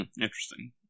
Interesting